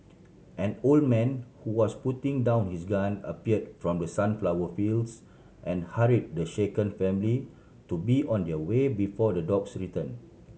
an old man who was putting down his gun appeared from the sunflower fields and hurry the shaken family to be on their way before the dogs return